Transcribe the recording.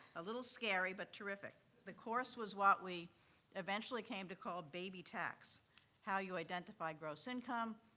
a little scary, but terrific. the course was what we eventually came to call baby tax how you identify gross income,